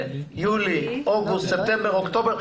יולי, אוגוסט, ספטמבר ואוקטובר.